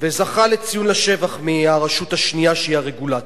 וזכה לציון לשבח מהרשות השנייה, שהיא הרגולטור.